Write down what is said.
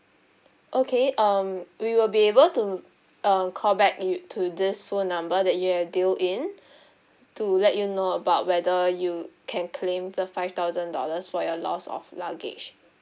okay um we will be able to uh call back you to this phone number that you've dial in to let you know about whether you can claim the five thousand dollars for your lost of luggage